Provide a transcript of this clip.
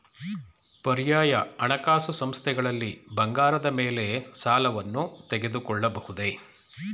ಪರ್ಯಾಯ ಹಣಕಾಸು ಸಂಸ್ಥೆಗಳಲ್ಲಿ ಬಂಗಾರದ ಮೇಲೆ ಸಾಲವನ್ನು ತೆಗೆದುಕೊಳ್ಳಬಹುದೇ?